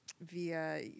via